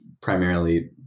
primarily